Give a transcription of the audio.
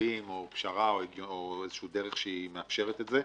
מתווים או פשרה או דרך שמאפשרת את זה.